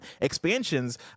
Expansions